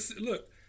Look